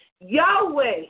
Yahweh